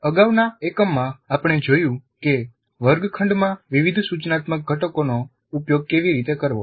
અગાઉના એકમમાં આપણે જોયું કે વર્ગખંડમાં વિવિધ સૂચનાત્મક ઘટકોનો ઉપયોગ કેવી રીતે કરવો